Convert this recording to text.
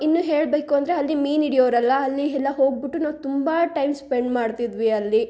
ಇನ್ನೂ ಹೇಳಬೇಕು ಅಂದರೆ ಅಲ್ಲಿ ಮೀನು ಹಿಡಿಯೋರೆಲ್ಲಾ ಅಲ್ಲಿ ಎಲ್ಲ ಹೋಗಿಬಿಟ್ಟು ನಾವು ತುಂಬ ಟೈಮ್ ಸ್ಪೆಂಡ್ ಮಾಡ್ತಿದ್ವಿ ಅಲ್ಲಿ